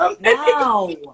wow